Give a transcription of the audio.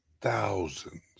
thousands